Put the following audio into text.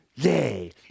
Yay